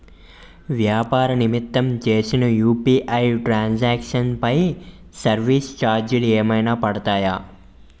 వ్యాపార నిమిత్తం చేసిన యు.పి.ఐ ట్రాన్ సాంక్షన్ పై సర్వీస్ చార్జెస్ ఏమైనా పడతాయా?